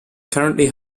currently